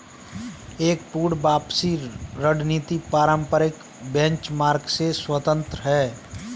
एक पूर्ण वापसी रणनीति पारंपरिक बेंचमार्क से स्वतंत्र हैं